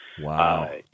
Wow